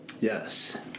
Yes